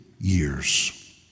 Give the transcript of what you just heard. years